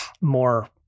more